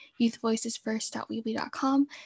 youthvoicesfirst.weebly.com